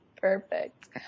Perfect